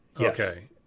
Okay